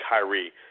Kyrie